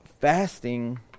Fasting